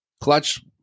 Clutch